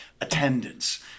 attendance